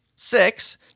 Six